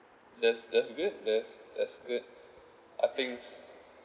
that's that's good that's that's good I think